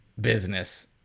business